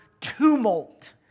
tumult